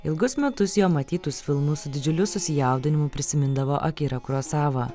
ilgus metus jo matytus filmus didžiuliu susijaudinimu prisimindavo akira kurosava